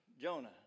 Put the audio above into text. Jonah